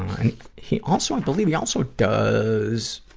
and he also, i believe he also does